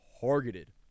targeted